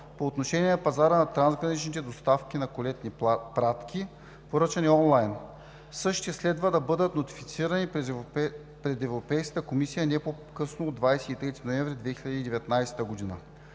по отношение на пазара на трансгранични доставки на колетните пратки, поръчани онлайн. Същите следва да бъдат нотифицирани пред Европейската комисия не по-късно от 23 ноември 2019 г.